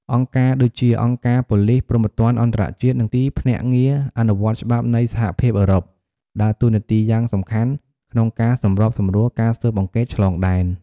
អង្គការដូចជា អង្គការប៉ូលិសព្រហ្មទណ្ឌអន្តរជាតិ និងទីភ្នាក់ងារអនុវត្តច្បាប់នៃសហភាពអឺរ៉ុប ដើរតួនាទីយ៉ាងសំខាន់ក្នុងការសម្របសម្រួលការស៊ើបអង្កេតឆ្លងដែន។